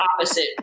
opposite